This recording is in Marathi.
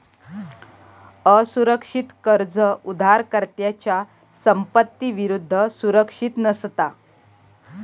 असुरक्षित कर्ज उधारकर्त्याच्या संपत्ती विरुद्ध सुरक्षित नसता